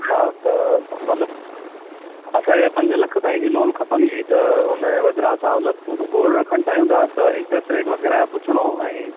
हा त मतिलब असांखे पंज लख ताईं जी लोन खपंदी हुई त उन्हीअ बदिरां असां मतिलब गोल्ड रखण चाहियूं था त इंटरस्ट रेट वगे़रह या पुछिणो हो ऐं